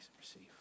receive